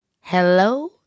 Hello